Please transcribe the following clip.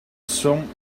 some